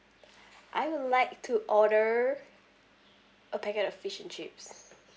I would like to order a packet of fish and chips